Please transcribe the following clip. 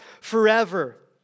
forever